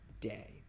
day